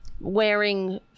wearing